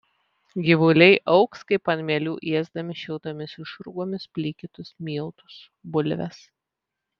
gyvuliai augs kaip ant mielių ėsdami šiltomis išrūgomis plikytus miltus bulves